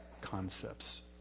concepts